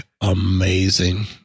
amazing